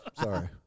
sorry